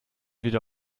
wieder